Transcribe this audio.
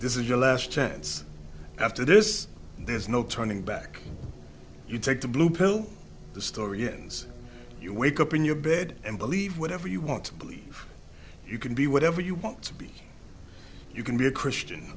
this is your last chance after this there's no turning back you take the blue pill the story ends you wake up in your bed and believe whatever you want to believe you can be whatever you want to be you can be a christian